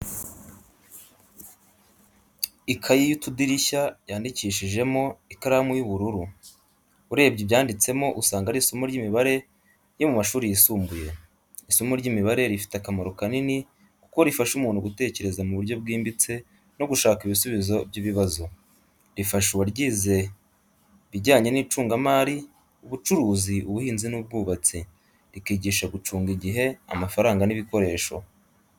Ikayi y'utudirishya yandikishijemo ikaramu y'ubururu. Urebye ibyanditsemo usanga ari isomo ry'imibare yo mu mashuri yisumbuye. Isomo ry’imibare rifite akamaro kanini kuko rifasha umuntu gutekereza mu buryo bwimbitse no gushaka ibisubizo by’ibibazo. Rifasha uwaryize bijyanye n’icungamari, ubucuruzi, ubuhinzi n’ubwubatsi, rikigisha gucunga igihe, amafaranga n’ibikoresho.